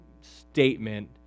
statement